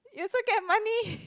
you also get money